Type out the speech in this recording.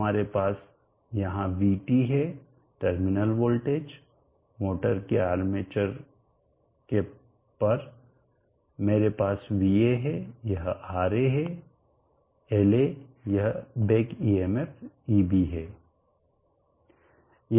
हमारे पास यहां vt है टर्मिनल वोल्टेजमोटर की आर्मेचर के पर मेरे पास vaहै यह Ra है La यह बेक EMF eb है